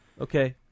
Okay